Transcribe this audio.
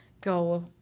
go